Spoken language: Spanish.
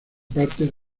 partes